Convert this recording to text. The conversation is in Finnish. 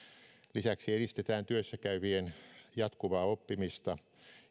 lisäksi edistetään työssäkäyvien jatkuvaa oppimista